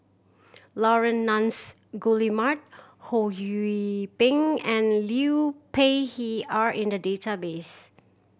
Laurence Nunns Guillemard Ho Yee Ping and Liu Peihe are in the database